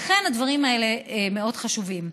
הדברים האלה מאוד חשובים.